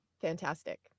Fantastic